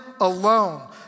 alone